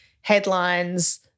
headlines